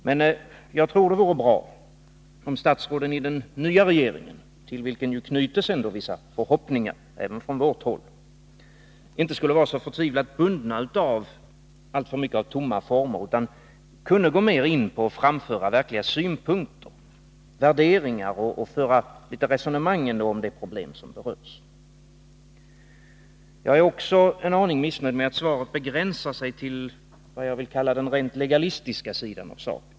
Men jag tror att det vore bra om statsråden i den nya regeringen till vilken ju ändå knyts vissa förhoppningar även från vårt håll inte skulle vara så förtvivlat bundna av tomma former, utan kunde mera gå in på att framföra verkliga synpunkter, värderingar och resonemang om de problem som berörs. Jag är också en aning missnöjd med att svaret begränsar sig till den vad jag vill kalla rent legalistiska sidan av saken.